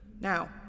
Now